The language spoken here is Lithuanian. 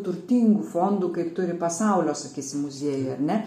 turtingų fondų kaip turi pasaulio sakysim muziejai ar ne